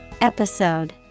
Episode